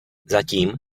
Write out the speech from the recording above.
zatím